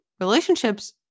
relationships